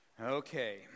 Okay